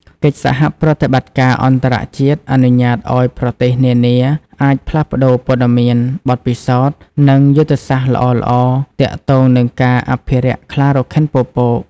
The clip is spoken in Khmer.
កិច្ចសហប្រតិបត្តិការអន្តរជាតិអនុញ្ញាតឲ្យប្រទេសនានាអាច ផ្លាស់ប្តូរព័ត៌មាន បទពិសោធន៍ និងយុទ្ធសាស្ត្រល្អៗ ទាក់ទងនឹងការអភិរក្សខ្លារខិនពពក។